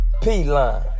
P-Line